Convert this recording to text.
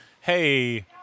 hey –